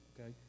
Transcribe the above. Okay